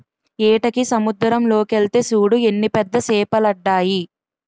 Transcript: ఏటకి సముద్దరం లోకెల్తే సూడు ఎన్ని పెద్ద సేపలడ్డాయో